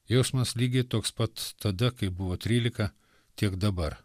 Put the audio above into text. jausmas lygiai toks pat tada kai buvo trylika tiek dabar